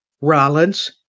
Rollins